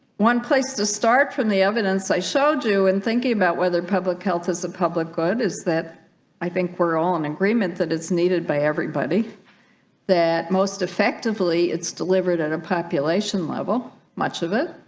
one place to start from the evidence i showed you in and thinking about whether public health is a public good is that i think we're all in agreement that it's needed by everybody that most effectively it's delivered at a population level much of it